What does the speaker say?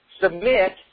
Submit